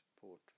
support